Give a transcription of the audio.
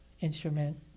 instrument